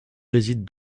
réside